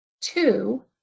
two